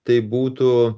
tai būtų